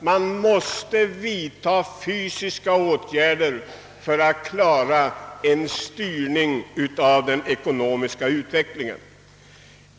Man måste vidta fysiska åtgärder för att klara en styrning av den ekonomiska utvecklingen.